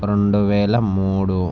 రెండువేల మూడు